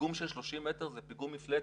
פיגום של 30 מטר זה פיגום מפלצת,